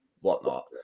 whatnot